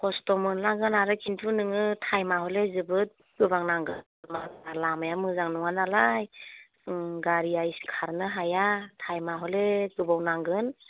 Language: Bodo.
खस्थ' मोनलांगोन आरो खिन्थु नोङो थाइमआ हले जोबोद गोबां नांगोन लामाया मोजां नङा नालाय गारिया खारनो हाया थाइमआ हले गोबाव नांगोन